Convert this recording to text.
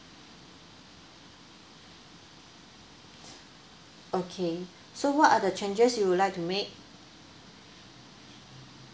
okay so what are the changes you would like to make